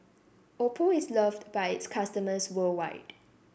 Oppo is loved by its customers worldwide